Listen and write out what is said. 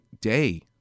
day